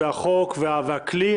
החוק והכלי.